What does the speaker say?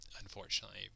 unfortunately